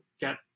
get